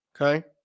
okay